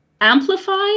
amplified